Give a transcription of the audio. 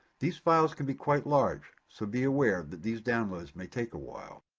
these files can be quite large so be aware that these downloads may take a while.